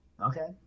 okay